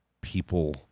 people